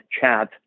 chat